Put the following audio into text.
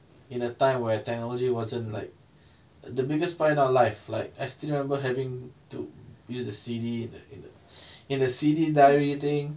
in a time where technology wasn't like the biggest part in our life like I still remember having to use the C_D in a in the C_D diary thing